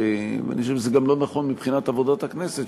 ואני חושב שזה גם לא נכון מבחינת עבודת הכנסת,